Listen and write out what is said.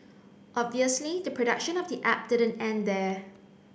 obviously the production of the app didn't end there